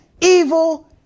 Evil